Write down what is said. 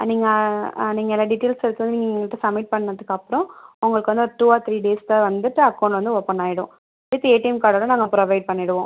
நீங்கள் நீங்கள் எல்லா டீட்டெய்ல்ஸ் எடுத்துகிட்டு வந்து நீங்கள் எங்கள்கிட்ட சப்மிட் பண்ணதுக்கப்புறம் உங்களுக்கு வந்து டூ ஆர் த்ரீ டேஸ் தான் வந்துட்டு அக்கவுண்ட் வந்து ஓபன் ஆகிடும் வித் ஏடிஎம் கார்ட்டோட நாங்கள் ப்ரோவைட் பண்ணிடுவோம்